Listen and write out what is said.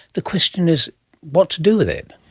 the question is what to do with it?